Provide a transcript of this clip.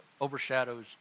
overshadows